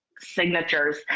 signatures